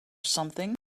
something